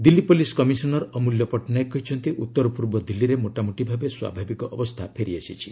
Delhi police commissioner Amulya Patnaik କହିଛନ୍ତି ଉତ୍ତରପୂର୍ବ ଦିଲ୍ଲୀରେ ମୋଟାମୋଟି ଭାବେ ସ୍ୱାଭାବିକ ଅବସ୍ଥା ଫେରି ଆସିଛି